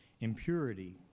impurity